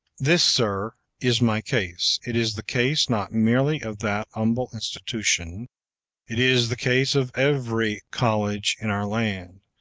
this, sir, is my case. it is the case not merely of that humble institution it is the case of every college in our land.